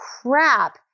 crap